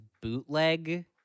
bootleg